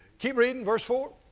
keep reading, verse four.